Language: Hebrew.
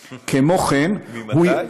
ממתי?